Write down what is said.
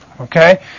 Okay